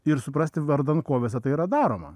ir suprasti vardan ko visa tai yra daroma